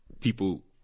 people